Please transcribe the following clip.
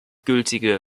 gültige